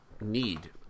need